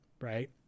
right